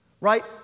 Right